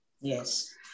yes